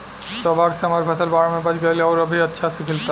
सौभाग्य से हमर फसल बाढ़ में बच गइल आउर अभी अच्छा से खिलता